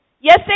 Yes